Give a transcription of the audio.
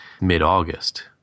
mid-August